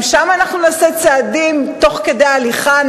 גם שם אנחנו נעשה צעדים תוך כדי הליכה,